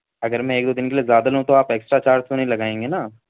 اگر میں ایک دو دن کے لیے زیادہ لوں تو آپ ایکسٹرا چارج تو نہیں لگائیں گے نا